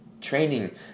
training